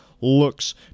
looks